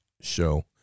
show